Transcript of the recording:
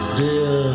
dear